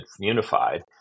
unified